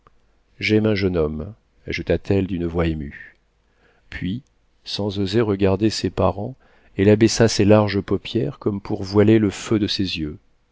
j'aime un jeune homme ajouta-t-elle d'une voix émue puis sans oser regarder ses parents elle abaissa ses larges paupières comme pour voiler le feu de ses yeux